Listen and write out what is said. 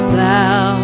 thou